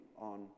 on